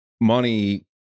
money